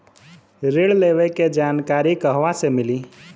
ऋण लेवे के जानकारी कहवा से मिली?